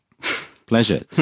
pleasure